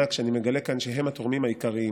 כשאני מגלה כאן שהם התורמים העיקריים,